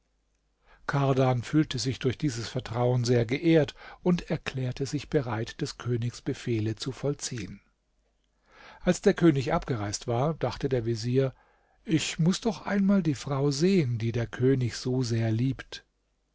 kardan fühlte sich durch dieses vertrauen sehr geehrt und erklärte sich bereit des königs befehle zu vollziehen als der könig abgereist war dachte der vezier ich muß doch einmal die frau sehen die der könig so sehr liebt